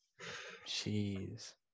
Jeez